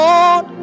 Lord